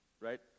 right